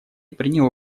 приняло